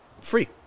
free